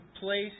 place